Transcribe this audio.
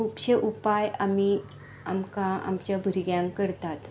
खूबशे उपाय आमी आमकां आमच्या भुरग्यांक करतात